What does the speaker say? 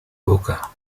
boca